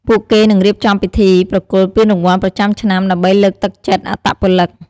ពួកគេនឹងរៀបចំពិធីប្រគល់ពានរង្វាន់ប្រចាំឆ្នាំដើម្បីលើកទឹកចិត្តអត្តពលិក។